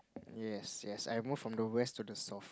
yes yes I move from the west to the south